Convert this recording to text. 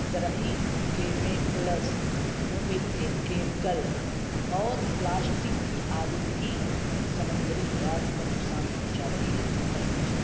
زرعی کیمیکلس یوں کہہ لیجیے کیمیکل اور پلاسٹک کی آلودگی سمندری حیات کو نقصان پہنچا رہی ہے تشویش